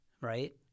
Right